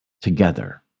Together